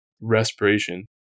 respiration